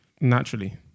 naturally